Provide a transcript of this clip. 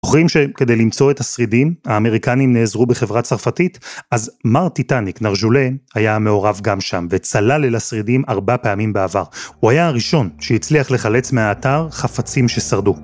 זוכרים שכדי למצוא את השרידים, האמריקנים נעזרו בחברה צרפתית? אז מר טיטאניק, נרז'ולה, היה מעורב גם שם, וצלל אל השרידים ארבע פעמים בעבר. הוא היה הראשון שהצליח לחלץ מהאתר חפצים ששרדו.